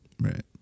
Right